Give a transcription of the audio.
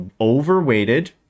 overweighted